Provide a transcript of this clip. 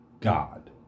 God